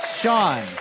Sean